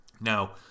Now